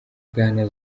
bwana